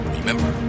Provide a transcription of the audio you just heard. Remember